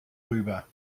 rüber